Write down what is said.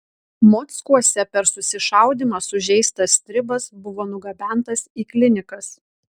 mockuose per susišaudymą sužeistas stribas buvo nugabentas į klinikas